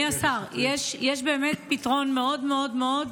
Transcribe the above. אדוני השר, יש באמת פתרון מאוד מאוד מאוד קל.